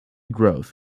growth